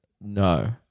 no